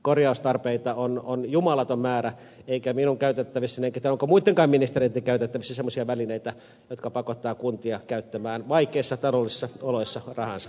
korjaustarpeita on jumalaton määrä eikä minun käytettävissäni ole enkä tiedä onko muittenkaan ministereitten käytettävissä semmoisia välineitä jotka pakottavat kuntia käyttämään vaikeissa taloudellisissa oloissa paras